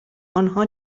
آنها